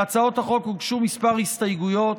להצעות החוק הוגשו כמה הסתייגויות.